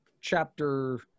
chapter